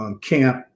camp